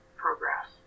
progress